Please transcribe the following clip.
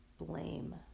blame